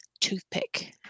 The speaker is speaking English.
Toothpick